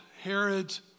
Herod's